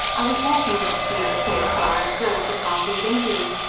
i was walking out near a place where i observed a party of indians,